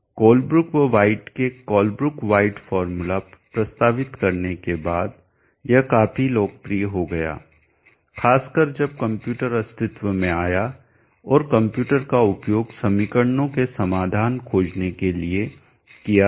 Colebrook व White के Colebrook White formula प्रस्तावित करने के बाद यह काफी लोकप्रिय हो गया खासकर जब कंप्यूटर अस्तित्व में आया और कंप्यूटर का उपयोग समीकरणों के समाधान खोजने के लिए किया गया